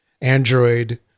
Android